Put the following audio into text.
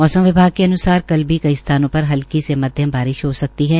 मौसम विभाग के अन्सार कल भी कई स्थानों पर हल्की से मध्यम बारिश हो सकती है